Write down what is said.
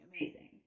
amazing